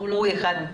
הוא לא מחובר.